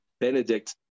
Benedict